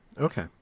okay